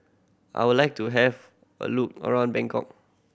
I would like to have a look around Bangkok